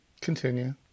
Continue